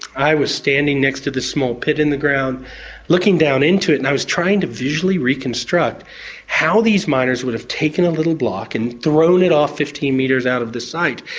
i was standing next to the small pit in the ground looking down into it, and i was trying to visually reconstruct how these miners would have taken a little block and thrown it off fifteen metres out of the site.